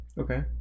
okay